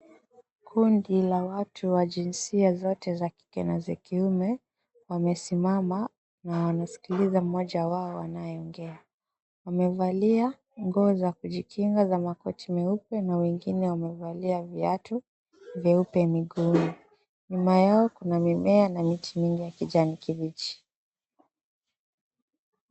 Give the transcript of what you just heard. Kundi la watu wa jinsia zote za kike na za kiume, wamesimama na wanasikiliza mmoja wao anayoongea. Wamevalia nguo za kujikinga za makoti meupe, na wengine wamevalia viatu vyeupe miguuni. Nyuma yao kuna mimea na miti mingi ya kijani kibichi.